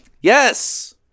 Yes